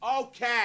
Okay